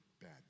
bad